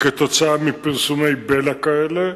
כתוצאה מפרסומי בלע כאלה,